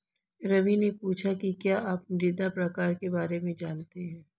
रवि ने पूछा कि क्या आप मृदा प्रकार के बारे में जानते है?